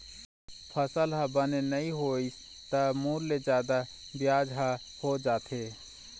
फसल ह बने नइ होइस त मूल ले जादा बियाज ह हो जाथे